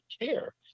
care